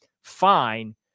fine